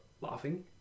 Laughing